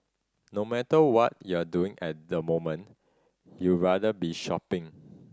no matter what you're doing at the moment you rather be shopping